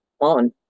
on